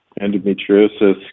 Endometriosis